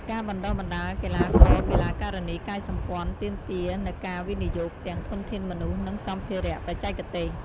ការបណ្តុះបណ្តាលកីឡាករ-កីឡាការិនីកាយសម្ព័ន្ធទាមទារនូវការវិនិយោគទាំងធនធានមនុស្ស និងសម្ភារៈបច្ចេកទេស។